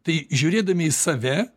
tai žiūrėdami į save